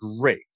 great